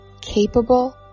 capable